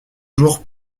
jours